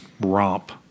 romp